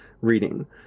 reading